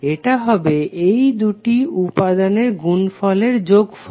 এটা হবে এই দুটি উপাদানের গুনফলের যোগফল